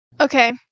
Okay